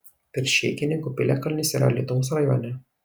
peršėkininkų piliakalnis yra alytaus rajone